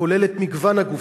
שכולל את מגוון הגופים,